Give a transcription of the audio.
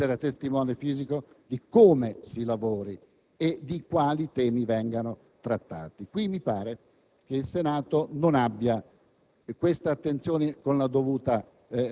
quanto sta accadendo, e soprattutto di essere testimone fisico di come si lavori e di quali temi vengano trattati. Mi pare che il nostro Senato non abbia